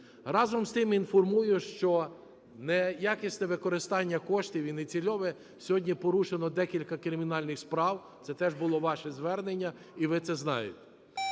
Разом із тим, інформую, що неякісне використання коштів і нецільове сьогодні порушено декілька кримінальних справ. Це теж було ваше звернення, і ви це знаєте.